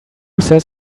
says